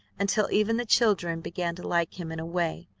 until even the children began to like him in a way,